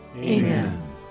Amen